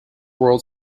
world